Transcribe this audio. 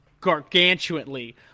gargantuanly